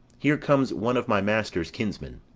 here comes one of my master's kinsmen.